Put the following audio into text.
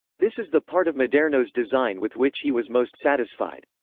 this is the part of maderno's design with which he was most satisfied.